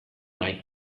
nahi